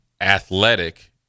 athletic